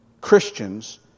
Christians